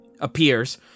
appears